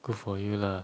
good for you lah